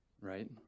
right